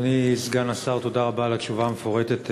אדוני סגן השר, תודה על התשובה המפורטת.